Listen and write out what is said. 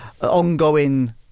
ongoing